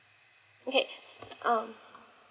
okay mm